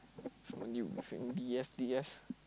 when you B F D F